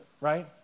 right